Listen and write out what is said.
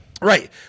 Right